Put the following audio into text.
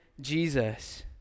Jesus